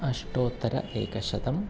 अष्टोत्तरैकशतं